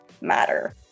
matter